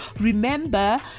Remember